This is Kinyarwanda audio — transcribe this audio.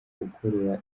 ukorera